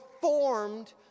formed